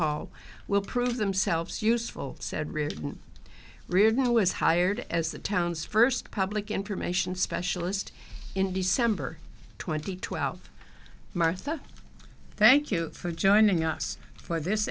hall will prove themselves useful said riordan riordan who was hired as the town's first public information specialist in december twenty twelve martha thank you for joining us for this